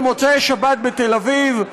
במוצאי-שבת בתל-אביב,